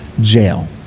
jail